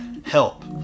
help